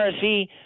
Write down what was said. see